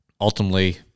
ultimately